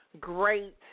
great